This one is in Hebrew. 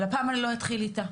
אבל הפעם אני לא אתחיל איתה.